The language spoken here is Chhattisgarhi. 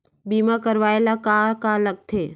बीमा करवाय ला का का लगथे?